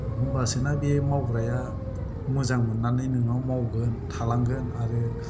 होम्बासोना बेयो मावग्राया मोजां मोननानै नोंनाव मावगोन थालांगोन आरो